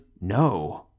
no